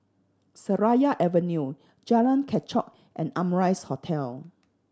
Seraya Avenue Jalan Kechot and Amrise Hotel